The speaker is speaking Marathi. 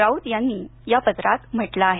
राऊत यांनी या पत्रात म्हटलं आहे